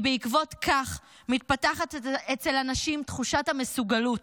כי בעקבות כך מתפתחת אצל הנשים תחושת המסוגלות,